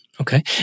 Okay